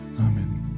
Amen